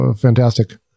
fantastic